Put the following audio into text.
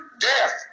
death